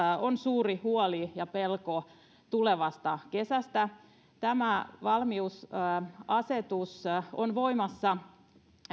on suuri huoli ja pelko tulevasta kesästä tämä valmiusasetus on voimassa